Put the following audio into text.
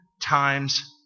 times